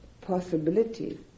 possibility